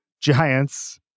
Giants